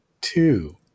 two